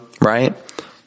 right